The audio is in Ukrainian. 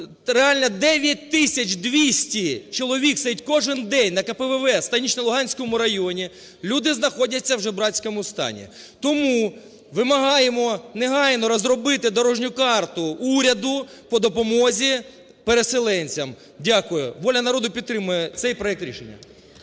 Реально 9 тисяч 200 чоловік сидить кожен день на КПВВ в Станично-Луганському районі. Люди знаходяться в жебрацькому стані. Тому вимагаємо негайно розробити дорожню карту уряду по допомозі переселенцям. Дякую. "Воля народу" підтримує цей проект рішення.